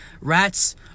rats